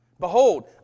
...behold